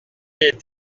est